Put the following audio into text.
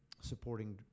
supporting